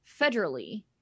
federally